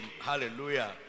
hallelujah